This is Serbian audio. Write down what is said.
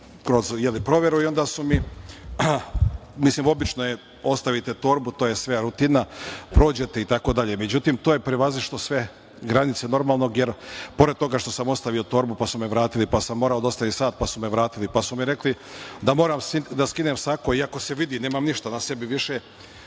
kroz proveru. Obično ostavite torbu, to je sve rutina, prođete itd. Međutim, to je prevazišlo sve granice normalnog, jer pored toga što sam ostavio torbu, pa su me vratili, pa sam morao da ostavim sat, pa su me vratili, pa su mi rekli da moram da skinem sako, iako se vidi da nemam ništa na sebi više,